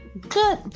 good